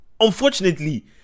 unfortunately